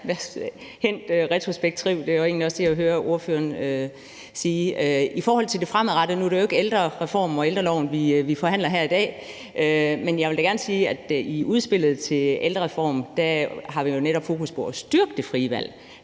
hændt. Det er jo egentlig også det, jeg hører ordføreren sige. I forhold til det fremadrettede – nu er det jo ikke ældrereformen og ældreloven, vi forhandler her i dag – vil jeg da gerne sige, at i udspillet til ældrereformen har vi netop fokus på at styrke det frie valg